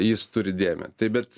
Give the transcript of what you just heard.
jis turi dėmę taip bet